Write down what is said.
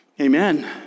Amen